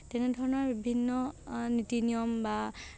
তেনেধৰণৰ বিভিন্ন নীতি নিয়ম বা